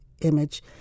image